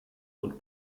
und